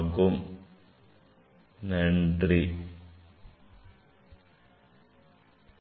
Thank you for your attention